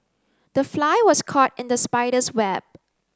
the fly was caught in the spider's web